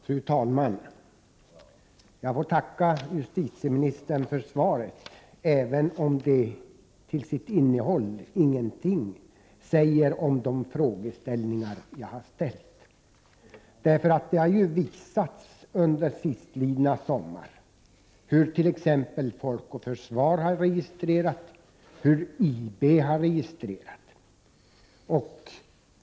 Fru talman! Jag får tacka justitieministern för svaret även om innehållet inte säger något om de frågor som jag ställt. Det har ju under sistlidna sommar visat sig hur t.ex. Folk och försvar och IB har registrerat.